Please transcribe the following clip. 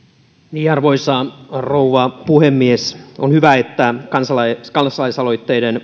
arvoisa rouva puhemies on hyvä että kansalaisaloitteiden